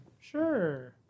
Sure